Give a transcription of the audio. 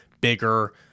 bigger